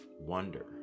wonder